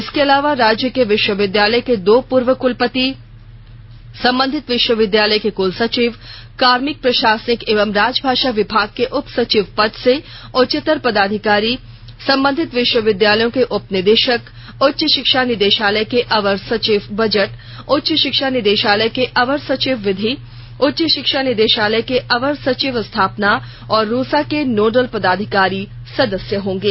इसके अलावा राज्य के विश्वविद्यालय के दो पूर्व कुलपति संबंधित विश्वविद्यालय के कुलसचिव कार्मिक प्रशासनिक एवं राजभाषा विभाग के उप संचिव पद से उच्चतर पदाधिकारी संबंधित विश्वविद्यालयों के उप निदेशक उच्च शिक्षा निदेशालय के अवर सचिव बजट उच्च शिक्षा निदेशालय के अवर सचिव विधि उच्च शिक्षा निदेशालय के अवर सचिव स्थापना और रूसा के नोडल पदाधिकारी सदस्य् होंगे